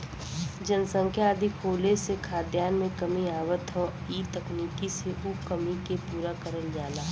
जनसंख्या अधिक होले से खाद्यान में कमी आवत हौ इ तकनीकी से उ कमी के पूरा करल जाला